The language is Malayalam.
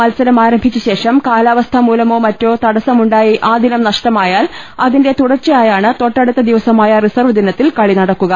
മത്സരം ആരംഭിച്ചശേഷം കാലാവസ്ഥമൂലമോ മറ്റോ തടസ്സ മുണ്ടായി ആ ദിനം നഷ്ടമായാൽ അതിന്റെ തുടർച്ചയായാണ് തൊട്ടടുത്ത ദിവസമായ റിസർവ് ദിനത്തിൽ കളി നടക്കുക